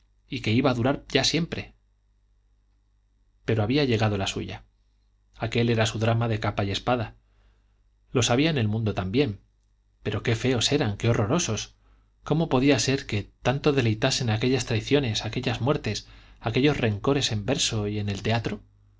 desgracia que iba a durar ya siempre pero había llegado la suya aquel era su drama de capa y espada los había en el mundo también pero qué feos eran qué horrorosos cómo podía ser que tanto deleitasen aquellas traiciones aquellas muertes aquellos rencores en verso y en el teatro